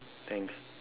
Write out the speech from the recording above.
thanks